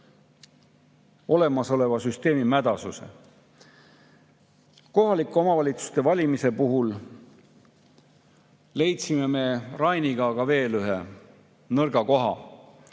olemasoleva süsteemi mädasust. Kohalike omavalitsuste [volikogude] valimise puhul leidsime me Rainiga aga veel ühe nõrga koha,